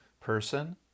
person